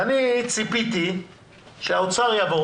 ואני ציפיתי שהאוצר יבוא